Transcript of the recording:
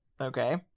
Okay